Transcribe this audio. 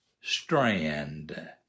strand